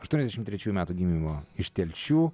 aštuoniasdešim trečių metų gimimo iš telšių